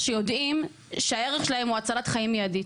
שיודעים שהערך שלהם הוא הצלת חיים מיידית.